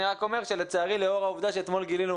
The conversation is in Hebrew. אני רק אומר שלצערי לאור העובדה שאתמול גילינו